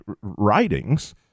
writings